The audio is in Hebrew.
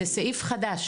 זה סעיף חדש,